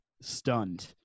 stunned